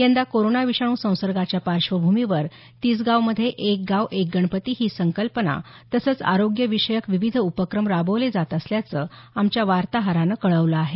यंदा कोरोना विषाणू संसर्गाच्या पार्श्वभूमीवर तीसगावमध्ये एक गाव एक गणपती ही संकल्पना तंसच आरोग्य विषयक उपक्रम राबवले जात असल्याचं आमच्या वार्ताहरानं कळवलं आहे